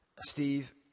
Steve